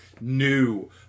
new